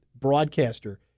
broadcaster